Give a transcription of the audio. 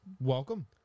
Welcome